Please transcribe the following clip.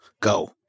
Go